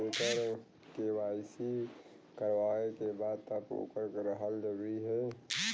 जेकर के.वाइ.सी करवाएं के बा तब ओकर रहल जरूरी हे?